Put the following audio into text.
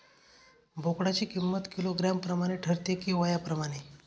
बोकडाची किंमत किलोग्रॅम प्रमाणे ठरते कि वयाप्रमाणे?